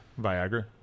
Viagra